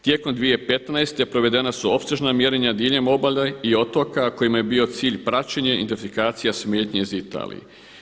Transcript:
Tijekom 2015. provedena su opsežna mjerenja diljem obale i otoka kojima je bio cilj praćenje, identifikacija smetnje iz Italije.